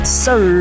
sir